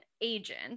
agent